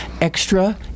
extra